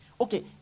okay